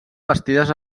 bastides